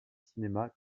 cinéma